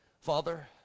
Father